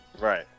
Right